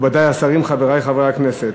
מכובדי השרים, חברי חברי הכנסת,